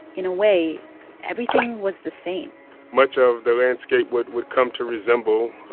in a way everything was the same much of the landscape would would come to resemble,